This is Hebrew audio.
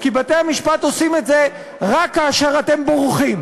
כי בתי-המשפט עושים את זה רק כאשר אתם בורחים.